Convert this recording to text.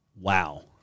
Wow